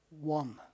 one